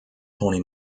tony